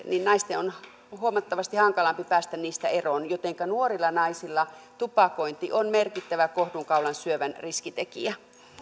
naisten on huomattavasti hankalampi päästä eroon jotenka nuorilla naisilla tupakointi on merkittävä kohdunkaulan syövän riskitekijä